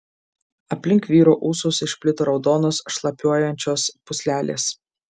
aplink vyro ūsus išplito raudonos šlapiuojančios pūslelės